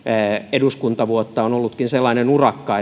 eduskuntavuotta on ollutkin sellainen urakka